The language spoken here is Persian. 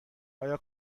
آیا